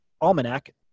Almanac